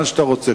לאן שאתה רוצה,